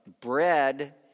bread